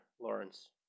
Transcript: Lawrence